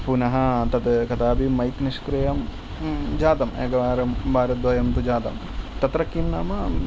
पुनः तत् कदापि मैक् निष्क्रियं जातम् एकवारं वारद्वयं तु जातम् तत्र किं नाम